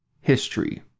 History